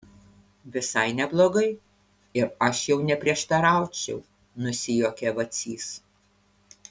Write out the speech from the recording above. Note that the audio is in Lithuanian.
visai neblogai ir aš jau neprieštaraučiau nusijuokė vacys